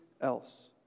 else